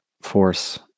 force